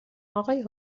آقای